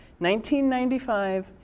1995